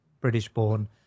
british-born